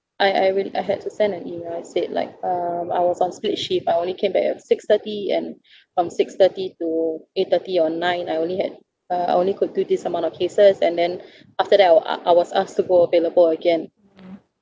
I I really I had to send an email I said like um I was on split shift I only came back at six thirty and from six thirty to eight thirty or nine I only had uh I only could do this amount of cases and then after that I'll uh I was asked to go available again